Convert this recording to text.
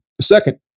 Second